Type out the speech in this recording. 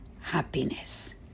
happiness